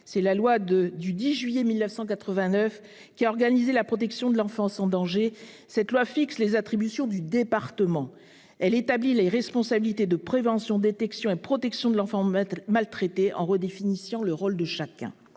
et à la protection de l'enfance qui a organisé la protection de l'enfance en danger. Cette loi fixe les attributions du département. Elle établit les responsabilités de prévention, de détection et de protection des enfants maltraités en redéfinissant le rôle de chaque